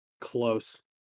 close